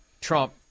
Trump